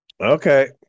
okay